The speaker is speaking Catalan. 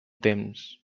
temps